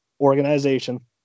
organization